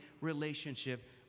relationship